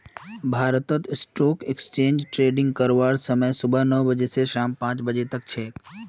भारतत stock exchange trading करवार समय सुबह नौ बजे स शाम पांच बजे तक छेक